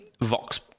Vox